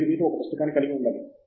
మీరు మీతో ఒక పుస్తకాన్ని కలిగి ఉండాలి